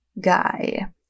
guy